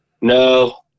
No